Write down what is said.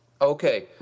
Okay